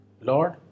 Lord